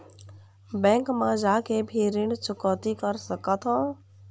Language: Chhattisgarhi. बैंक मा जाके भी ऋण चुकौती कर सकथों?